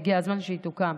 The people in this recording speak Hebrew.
והגיע הזמן שהיא תוקם: